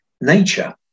nature